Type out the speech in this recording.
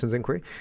Inquiry